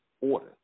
order